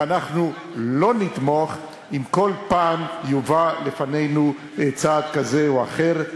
ואנחנו לא נתמוך אם כל פעם יובא לפנינו צעד כזה או אחר,